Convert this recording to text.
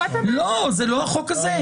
לא, זה לא החוק הזה.